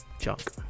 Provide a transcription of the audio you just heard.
junk